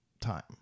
Time